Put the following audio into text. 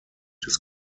des